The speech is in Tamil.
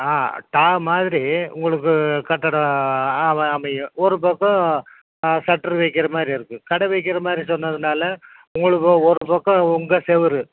ஆ டா மாதிரி உங்களுக்கு கட்டடம் ஆ அமையும் ஒரு பக்கம் சட்ரு வைக்கிற மாதிரி இருக்கு கடை வைக்கிற மாதிரி சொன்னதுனால உங்களுக்கு ஒரு பக்கம் உங்கள் செவுர்